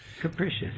Capricious